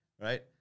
Right